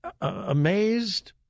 amazed